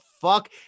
fuck